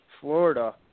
Florida